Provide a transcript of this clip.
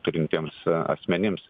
turintiems asmenims